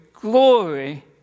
glory